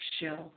show